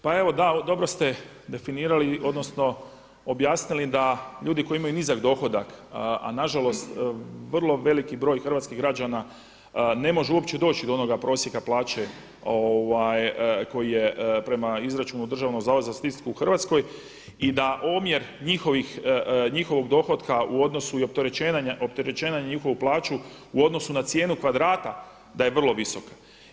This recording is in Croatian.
Pa evo da dobro ste definirali, odnosno objasnili da ljudi koji imaju nizak dohodak a nažalost vrlo veliki broj hrvatskih građana ne može uopće doći do onoga prosjeka plaće koji je prema izračunu Državnog zavoda za statistiku u Hrvatskoj i na omjer njihovog dohotka i opterećenja na njihovu plaću u odnosu na cijenu kvadrata da je vrlo visoka.